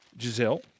Giselle